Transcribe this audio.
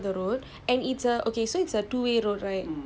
it was